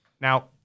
Now